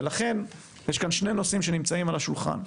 ולכן, יש כאן שני נושאים שנמצאים עלה שולחן.